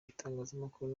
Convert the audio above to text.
itangazamakuru